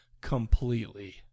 completely